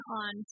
on